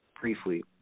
briefly